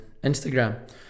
Instagram